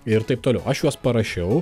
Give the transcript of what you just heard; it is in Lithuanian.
ir taip toliau aš juos parašiau